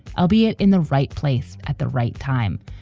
albeit in the right place at the right time.